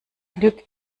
glück